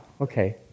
Okay